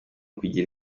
kugira